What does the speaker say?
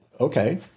okay